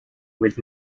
with